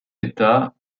état